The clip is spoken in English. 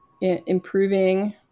improving